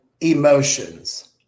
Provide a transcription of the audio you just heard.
emotions